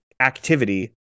activity